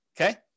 okay